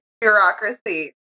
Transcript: Bureaucracy